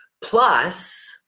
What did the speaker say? Plus